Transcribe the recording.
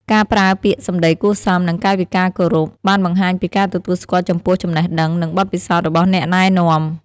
ការប្រើពាក្យសំដីគួរសម និងកាយវិការគោរព បានបង្ហាញពីការទទួលស្គាល់ចំពោះចំណេះដឹង និងបទពិសោធន៍របស់អ្នកណែនាំ។